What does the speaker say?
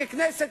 ככנסת,